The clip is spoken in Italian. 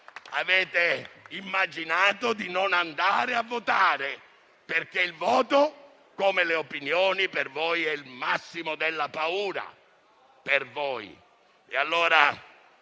avete immaginato di non andare a votare, perché il voto, come le opinioni, per voi è il massimo della paura.